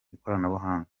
ikoranabuhanga